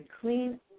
Clean